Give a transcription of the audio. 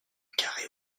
carré